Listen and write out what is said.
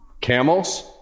Camels